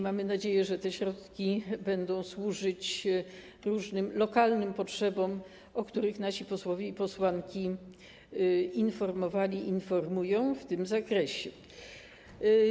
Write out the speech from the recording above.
Mamy nadzieję, że te środki będą służyć różnym lokalnym potrzebom, o których nasi posłowie i posłanki informowali i informują w tym zakresie.